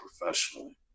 professionally